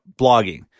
blogging